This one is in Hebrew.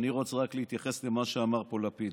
אני רוצה רק להתייחס למה שאמר פה לפיד.